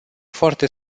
foarte